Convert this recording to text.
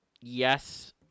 yes